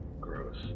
Gross